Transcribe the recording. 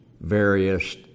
various